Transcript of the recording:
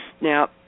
now